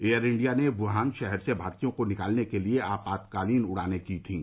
air India ने Wuhan शहर से भारतीयों को निकालने के लिए आपातकालीन उड़ाने की थीं